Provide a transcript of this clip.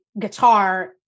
guitar